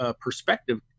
perspective